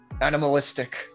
Animalistic